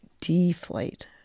deflate